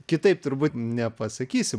kitaip turbūt nepasakysi